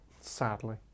Sadly